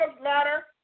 ladder